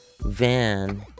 van